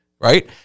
right